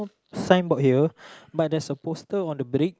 sign board here but there's a poster on the brick